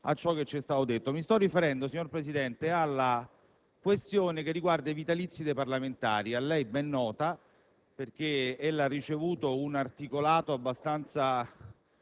a ciò che ci è stato detto. Mi sto riferendo, signor Presidente, alla questione che riguarda i vitalizi dei parlamentari, a lei ben nota perché ella ha ricevuto un articolato abbastanza